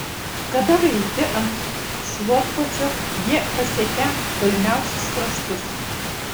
kada raiti ant šluotkočio jie pasiekią tolimiausius kraštus